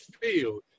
field